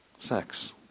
sex